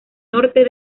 norte